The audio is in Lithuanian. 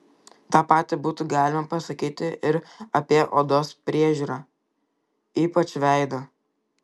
tą patį būtų galima pasakyti ir apie odos priežiūrą ypač veido